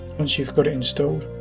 once you've got it installed.